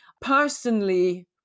personally